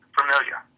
familiar